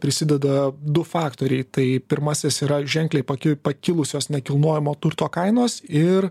prisideda du faktoriai tai pirmasis yra ženkliai paki pakilusios nekilnojamo turto kainos ir